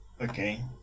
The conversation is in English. Okay